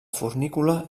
fornícula